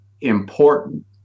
important